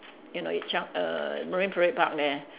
you know the chunk err Marine Parade Park there